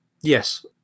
yes